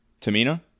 Tamina